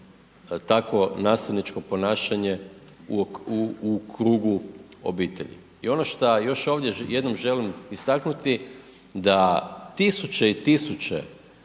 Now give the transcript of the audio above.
takvo nasilničko ponašanje u, u, u krugu obitelji. I ono šta još ovdje jednom želim istaknuti da tisuće i tisuće